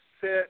sit